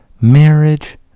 marriage